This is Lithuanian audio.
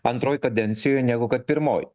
antroj kadencijoj negu kad pirmoj